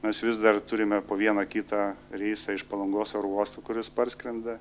mes vis dar turime po vieną kitą reisą iš palangos oro uosto kuris parskrenda